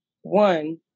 one